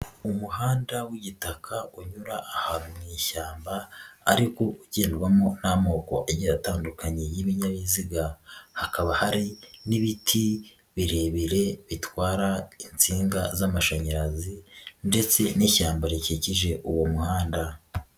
Umuhanda w'igitaka unyura ahantu mu ishyamba ariko ugendwamo 'atandukanye y'ibinyabiziga hakaba hari n'ibiti birebire bitwara insinga z'amashanyarazi ndetse n'ishyamba rikikije uwo muhanda.